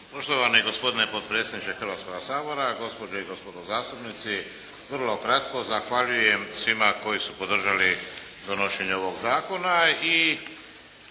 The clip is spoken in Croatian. Poštovani potpredsjedniče Hrvatskog sabora, gospođe i gospodo zastupnici! Vrlo kratko. Zahvaljujem svima koji su podržali donošenje ovog zakona i